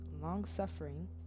long-suffering